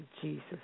Jesus